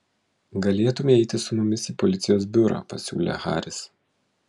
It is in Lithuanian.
galėtumei eiti su mumis į policijos biurą pasiūlė haris